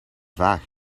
vaag